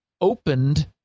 opened